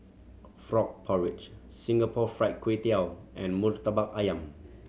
frog porridge Singapore Fried Kway Tiao and Murtabak Ayam